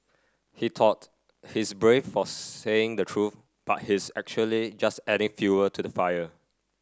he thought he's brave for saying the truth but he's actually just adding fuel to the fire